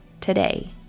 today